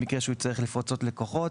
במקרה בו הוא יצטרך לפצות לקוחות.